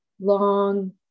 long